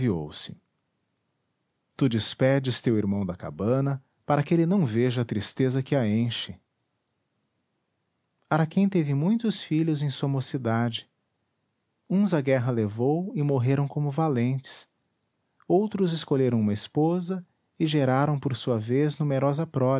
anuviou se tu despedes teu irmão da cabana para que ele não veja a tristeza que a enche araquém teve muitos filhos em sua mocidade uns a guerra levou e morreram como valentes outros escolheram uma esposa e geraram por sua vez numerosa prole